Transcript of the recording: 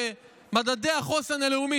מדדי החוסן הלאומי